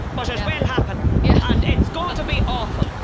but it will happen yeah and it's gotta be awful.